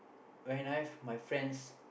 when I've my friends